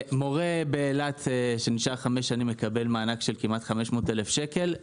מורה שנשאר באילת חמש שנים מקבל מענק של כמעט 500 אלף שקל,